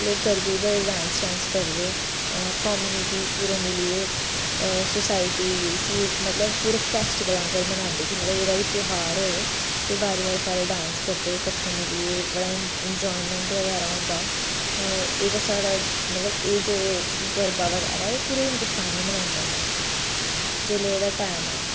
लोक गरबा ई बड़ा डांस शांस करदे कम्युनिटी पूरे मिलियै सोसाइटी इसी इक मतलब पूरे फेस्टिवल आंगर मनांदी कि एह्दा बी त्यौहार होऐ ते बारी बारी सारे डांस करदे कट्ठे मिलियै बड़ा इंजॉयमेंट बगैरा होंदा एह्दा साढ़ा मतलब एह् जेह्डे गरबा बगैरा ऐ एह् पूरे हिंदोस्तान च मनाया जंदा ऐ जेल्लै एह्दा टैम ऐ